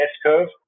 S-curve